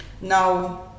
Now